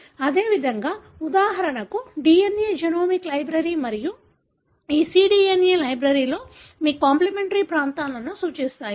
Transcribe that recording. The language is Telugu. అదేవిధంగా ఉదాహరణకు DNA జెనోమిక్ లైబ్రరీ మరియు ఈ cDNA లైబ్రరీలో మీ కాంప్లిమెంటరీ ప్రాంతాలను సూచిస్తాయి